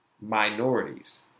minorities